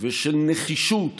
ושל נחישות